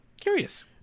Curious